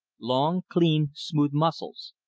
long, clean, smooth muscles.